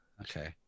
Okay